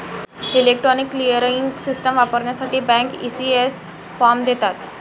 electronic clearing system वापरण्यासाठी bank, ECS form देतात